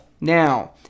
Now